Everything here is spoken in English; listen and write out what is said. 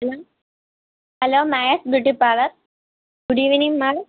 hello max beauty parlor good evening madam